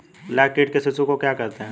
लाख कीट के शिशु को क्या कहते हैं?